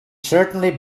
certainly